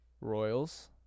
Royals